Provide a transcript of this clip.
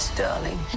darling